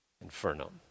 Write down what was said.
inferno